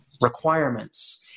requirements